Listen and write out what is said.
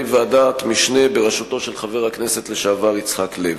ועדת משנה בראשותו של חבר הכנסת לשעבר יצחק לוי.